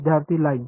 विद्यार्थी लाईन